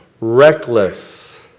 reckless